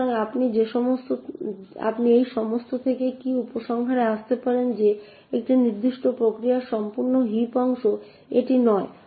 সুতরাং আপনি এই সমস্ত থেকে কী উপসংহারে আসতে পারেন যে একটি নির্দিষ্ট প্রক্রিয়ার সম্পূর্ণ হিপ অংশ এটি নয়